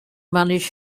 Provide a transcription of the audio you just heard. manage